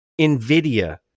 NVIDIA